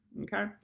Okay